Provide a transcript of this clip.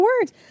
words